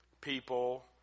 people